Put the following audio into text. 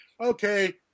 Okay